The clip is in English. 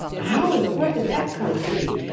how in the world did that come to be?